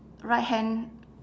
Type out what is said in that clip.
right hand